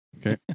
Okay